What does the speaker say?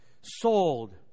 Sold